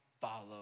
follow